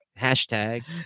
Hashtag